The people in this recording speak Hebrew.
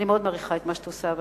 אני מאוד מעריכה את מה שאת עושה,